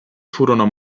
furono